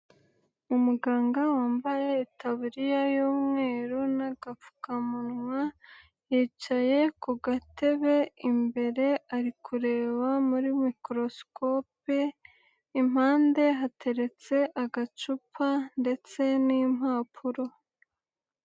Umuganga wambaye taburiya y'mweru n'agapfukamunwa, yicaye ku gatebe imbere ari kureba muri microscope, impande hateretse agacupa ndetse n'impapuro.